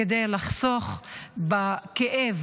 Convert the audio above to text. כדי לחסוך בכאב